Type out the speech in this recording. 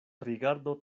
rigardo